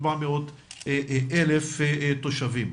400,000 תושבים.